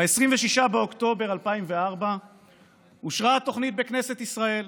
ב-26 באוקטובר 2004 אושרה התוכנית בכנסת ישראל.